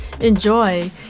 Enjoy